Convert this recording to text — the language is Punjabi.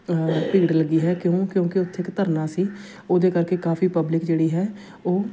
ਭੀੜ ਲੱਗੀ ਹੈ ਕਿਉਂ ਕਿਉਂਕਿ ਉੱਥੇ ਇੱਕ ਧਰਨਾ ਸੀ ਉਹਦੇ ਕਰਕੇ ਕਾਫੀ ਪਬਲਿਕ ਜਿਹੜੀ ਹੈ ਉਹ